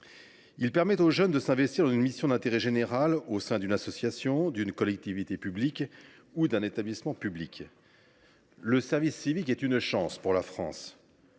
Il permet aux jeunes de s’investir dans une mission d’intérêt général au sein d’une association, d’une collectivité publique ou d’un établissement public. Le service civique est une chance pour la France.